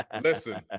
listen